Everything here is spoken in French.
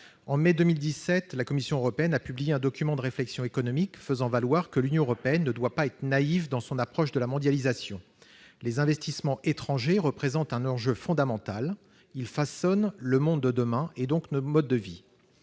En mai 2017, la Commission européenne a publié un document de réflexion économique faisant valoir que l'Union européenne ne doit pas être naïve dans son approche de la mondialisation. Les investissements étrangers représentent un enjeu fondamental. Ils façonnent le monde de demain et donc nos modes de vie.